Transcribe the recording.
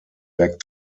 back